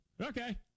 Okay